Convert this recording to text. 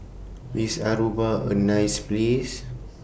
IS Aruba A nice Place